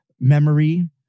memory